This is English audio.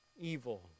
evil